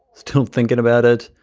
still thinking about it.